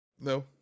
No